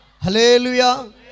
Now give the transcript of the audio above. Hallelujah